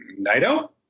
naito